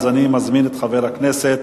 אז אני מזמין את חבר הכנסת